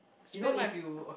you know if you